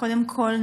קודם כול,